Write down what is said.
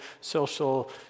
social